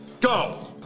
Go